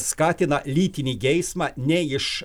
skatina lytinį geismą nei iš